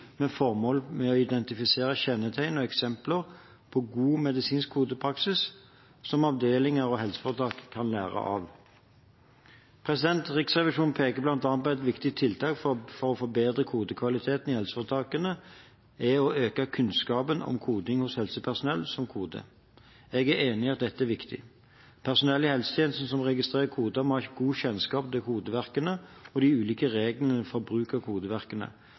med formål om å identifisere kjennetegn og eksempler på god medisinsk kodepraksis som avdelinger og helseforetak kan lære av. Riksrevisjonen peker bl.a. på at et viktig tiltak for å forbedre kodekvaliteten i helseforetakene er å øke kunnskapen om koding hos helsepersonell som koder. Jeg er enig i at dette er viktig. Personell i helsetjenesten som registrerer koder, må ha god kjennskap til kodeverkene og de ulike reglene for bruk av kodeverkene,